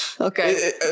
Okay